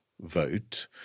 vote